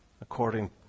according